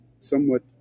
somewhat